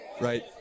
right